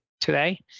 today